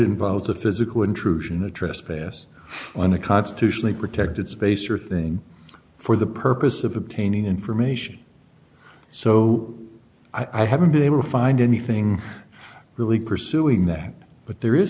involves a physical intrusion a trespass on a constitutionally protected space or thing for the purpose of obtaining information so i haven't been able to find anything really pursuing that but there is